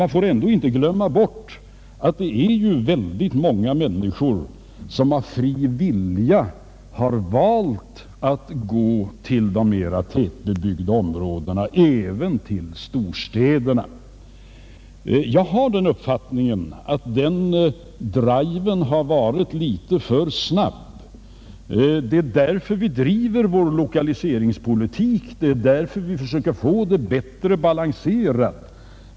Man får dock inte glömma bort att väldigt många människor av fri vilja har valt att flytta till de mera tätbebyggda områdena, även till storstäderna. Jag har den uppfattningen att den driven har varit litet för snabb. Det är därför vi driver vår lokaliseringspolitik. Det är därför vi försöker få en bättre balans.